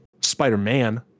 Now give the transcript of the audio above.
Spider-Man